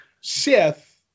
sith